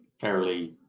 fairly